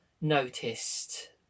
noticed